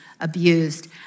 abused